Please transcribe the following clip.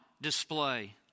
display